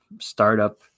startup